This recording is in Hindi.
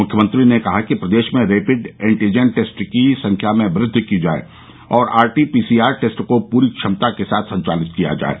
मुख्यमंत्री ने कहा कि प्रदेश में रेपिड एनटीजन टेस्ट की संख्या में वृद्धि की जाये और आरटीपीसीआर टेस्ट को पूरी क्षमता के साथ संचालित किया जाये